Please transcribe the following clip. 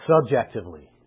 subjectively